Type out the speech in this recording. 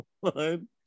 one